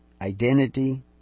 identity